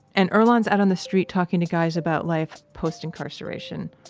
and earlonne is out on the street talking to guys about life post-incarceration.